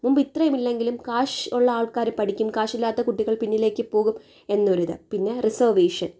മുൻപ് ഇത്രയും ഇല്ലെങ്കിലും കാശ് ഉള്ള ആൾക്കാർ പഠിക്കും കാശില്ലാത്ത കുട്ടികൾ പിന്നിലേക്ക് പോകും എന്നൊരിത് പിന്നെ റിസര്വേഷന്